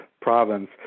province